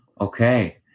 Okay